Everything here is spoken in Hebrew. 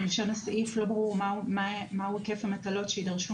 מלשון הסעיף לא ברור מהו היקף המטלות שיידרשו